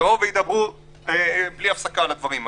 יבוא וידברו בלי הפסקה על הדברים האלה.